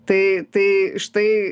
tai tai štai